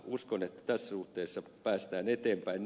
uskon että tässä suhteessa päästään eteenpäin